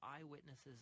eyewitnesses